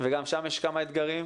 וגם שם יש כמה אתגרים.